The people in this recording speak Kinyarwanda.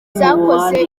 zakoze